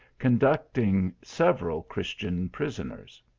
con ducting several christian prisoners.